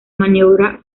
maniobra